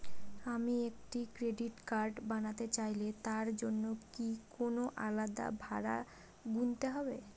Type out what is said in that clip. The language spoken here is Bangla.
আমি একটি ক্রেডিট কার্ড বানাতে চাইলে তার জন্য কি কোনো আলাদা ভাড়া গুনতে হবে?